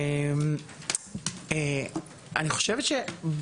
אני חושבת שמה,